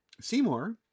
Seymour